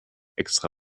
extra